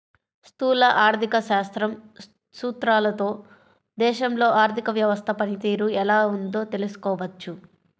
స్థూల ఆర్థిక శాస్త్రం సూత్రాలతో దేశంలో ఆర్థిక వ్యవస్థ పనితీరు ఎలా ఉందో తెలుసుకోవచ్చు